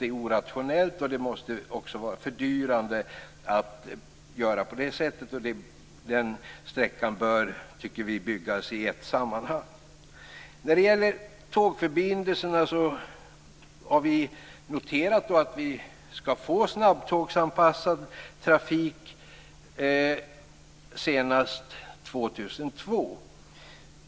Det är orationellt, och det måste också vara fördyrande att göra på det sättet. Den sträckan bör, tycker vi, byggas i ett sammanhang. När det gäller tågförbindelserna har vi noterat att vi skall få snabbtågsanpassad trafik senast 2002.